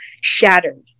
shattered